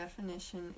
definition